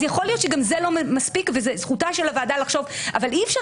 יכול להיות שגם זה לא מספיק וזאת זכותה של הוועדה לחשוב אבל אי אפשר